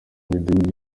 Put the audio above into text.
midugudu